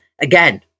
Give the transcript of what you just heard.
again